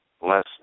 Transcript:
less